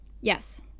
yes